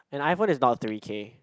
an iPhone is about three K